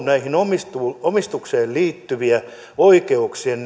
näihin omistuksiin omistuksiin liittyvä oikeuksien